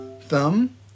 thumb